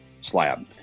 slab